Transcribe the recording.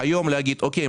היום להגיד: אוקיי,